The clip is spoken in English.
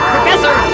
Professor